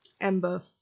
Ember